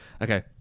Okay